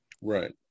Right